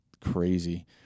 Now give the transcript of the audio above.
crazy